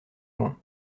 loin